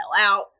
out